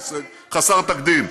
זה הישג חסר תקדים.